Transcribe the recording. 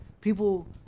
people